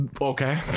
Okay